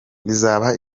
izaba